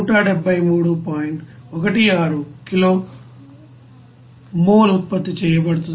16 kilo mole ఉత్పత్తి చేయబడుతుంది